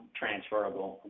transferable